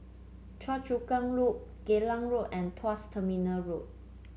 Choa Chu Kang Loop Geylang Road and Tuas Terminal Road